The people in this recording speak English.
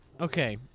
Okay